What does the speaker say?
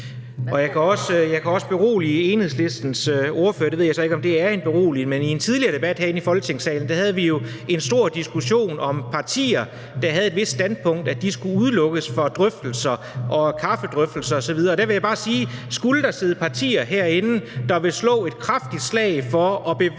det er at berolige – men i en tidligere debat herinde i Folketingssalen havde vi jo en stor diskussion om partier, der havde et vist standpunkt, altså at de skulle udelukkes fra drøftelser, kaffedrøftelser osv. Og der vil jeg bare sige, at skulle der sidde partier herinde, der vil slå et kraftigt slag for at bevare